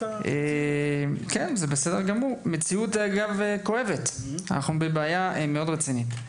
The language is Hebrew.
זו מציאות כואבת, אנחנו בבעיה מאוד רצינית.